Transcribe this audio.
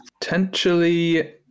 potentially